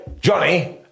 Johnny